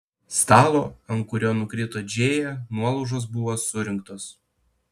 stalo ant kurio nukrito džėja nuolaužos buvo surinktos